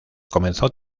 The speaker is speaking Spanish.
comenzó